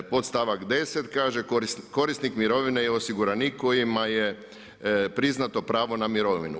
Podstavak 10. kaže: „Korisnik mirovine je osiguranik kojima je priznato pravo na mirovinu.